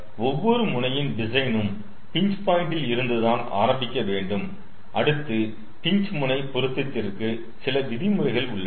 ஆகையால் ஒவ்வொரு முனையின் டிசைனும் பின்ச் பாயிண்டில் இருந்துதான் ஆரம்பிக்க வேண்டும் அடுத்து பின்ச் முனை பொருத்தத்திற்கு சில விதிமுறைகள் உள்ளன